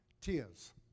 tears